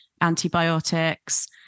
antibiotics